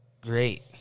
great